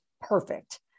perfect